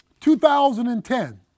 2010